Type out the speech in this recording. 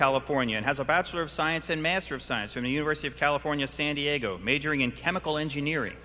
california has a bachelor of science and master of science from the university of california san diego majoring in chemical engineering